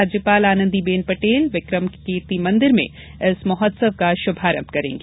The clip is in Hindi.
राज्यपाल आनन्दीबेन पटेल विक्रम कीर्ति मन्दिर में इस महोत्सव का शुभारंभ करेंगी